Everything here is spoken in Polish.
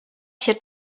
się